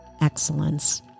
excellence